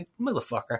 Motherfucker